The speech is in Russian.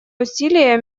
усилия